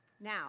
Now